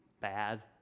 Bad